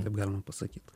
taip galima pasakyt